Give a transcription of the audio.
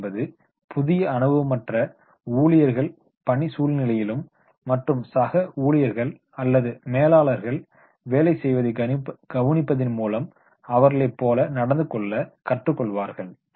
on the job training என்பது புதிய அனுபவமற்ற ஊழியர்கள் பணி சூழ்நிலையிலும் மற்றும் சக ஊழியர்கள் அல்லது மேலாளர்கள் வேலை செய்வதை கவனிப்பதன் மூலம் அவர்களைப்போல நடந்துகொள்ள கற்றுக் கொள்வார்கள்